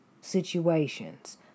situations